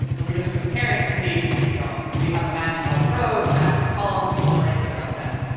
and we're just comparing to see you know do we have a match in all the rows, a match in a column or anything like that.